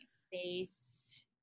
space